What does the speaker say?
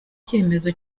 cyemezo